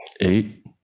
Eight